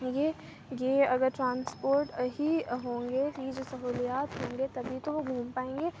یہ یہ اگر ٹرانسپورٹ ہی ہوں گے یہ جو سہولیات ہوں گے تبھی تو وہ گھوم پائیں گے